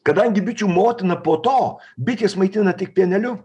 kadangi bičių motiną po to bitės maitina tik pieneliu